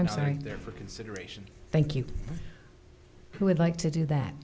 i'm sorry there for consideration thank you who would like to do that